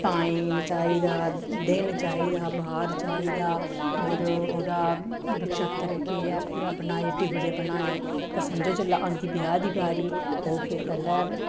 time चाहिदा दिन चाहिदा बार चाहिदा होर ओह्दा नक्षत्तर केह् ऐ पूरा बनाई टिवड़े बनान्ने समझो जिसलै आंदी ब्याह् दी बारी ओह् फिर पैह्लै